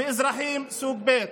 ואזרחים סוג ב'.